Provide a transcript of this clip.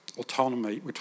autonomy